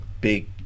big